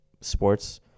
sports